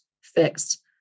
fixed